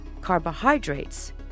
carbohydrates